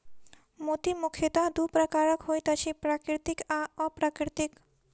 मोती मुखयतः दू प्रकारक होइत छै, प्राकृतिक आ अप्राकृतिक